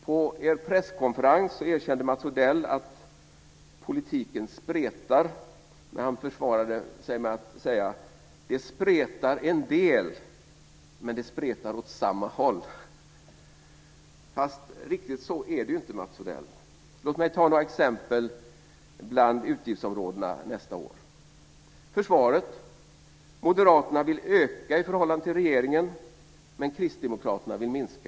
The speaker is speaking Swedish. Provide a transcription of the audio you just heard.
På er presskonferens erkände Mats Odell att politiken spretar. Men han försvarade sig med att säga: Det spretar en del, men det spretar åt samma håll. Men riktigt så är det inte, Mats Odell. Låt mig ta några exempel bland utgiftsområdena nästa år. För försvaret vill Moderaterna öka i förhållande till regeringen, men Kristdemokraterna vill minska.